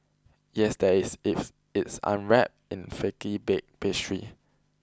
yes there is if it's unwrapped in flaky baked pastry